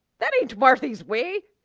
that ain't marthy's way.